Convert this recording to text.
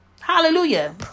Hallelujah